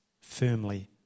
firmly